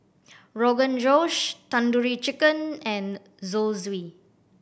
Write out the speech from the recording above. Rogan Josh Tandoori Chicken and Zosui